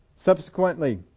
Subsequently